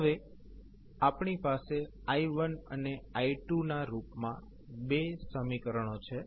હવે આપણી પાસે i1અને i2 ના રૂપમા બે સમીકરણો છે